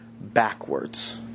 backwards